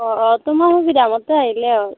অ অ তোমাৰ সুবিধামতে আহিলে হ'ল